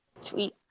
Sweet